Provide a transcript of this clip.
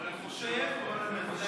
מוותר.